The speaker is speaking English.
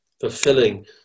fulfilling